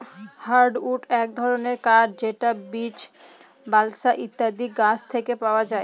hardwood এক ধরনের কাঠ যেটা বীচ, বালসা ইত্যাদি গাছ থেকে পাওয়া যায়